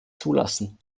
zulassen